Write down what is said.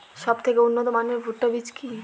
সবথেকে উন্নত মানের ভুট্টা বীজ কি?